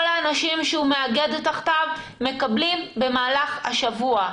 האנשים שהוא מאגד תחתיו מקבלים במהלך השבוע.